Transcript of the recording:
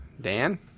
Dan